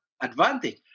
advantage